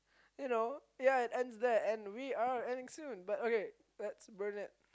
you know ya it ends there and we are ending soon but okay let's burn it